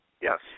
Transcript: yes